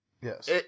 Yes